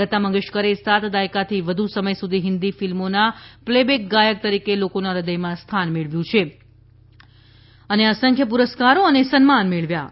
લતા મંગેશકરે સાત દાયકાથી વધુ સમય સુધી હિન્દી ફિલ્મોમાં પ્લેબેક ગાયક તરીકે લોકોના હૃદયમાં સ્થાન મેળવ્યું છે અને અસંખ્ય પુરસ્કારો અને સન્માન મેળવ્યાં છે